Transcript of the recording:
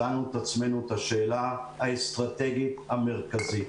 שאלנו את עצמנו את השאלה האסטרטגית המרכזית,